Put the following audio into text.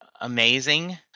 amazing